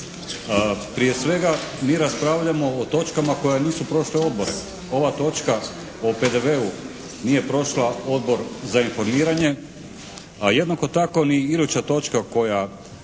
Prije svega mi raspravljamo o točkama koje nisu prošle odbore. Ova točka o PDV-u nije prošla Odbor za informiranje, a jednako tako ni iduća točka koja